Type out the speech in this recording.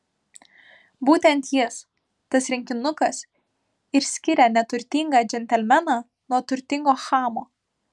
būtent jis tas rinkinukas ir skiria neturtingą džentelmeną nuo turtingo chamo